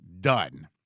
done